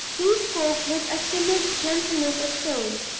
he spoke with a timid gentleness of tone,